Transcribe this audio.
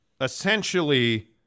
essentially